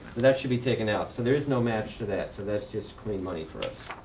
that should be taken out. so there's no match to that. so that's just clean money for us.